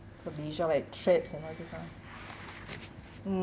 for leisure like trips and all this lah mm